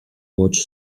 watch